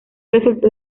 resultó